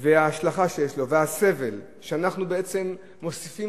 וההשלכה שיש לו והסבל שאנחנו בעצם מוסיפים